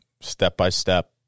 step-by-step